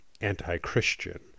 anti-Christian